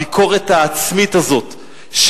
הביקורת העצמית הזאת,